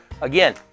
again